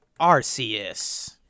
Arceus